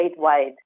statewide